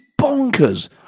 bonkers